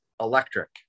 electric